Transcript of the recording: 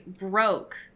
broke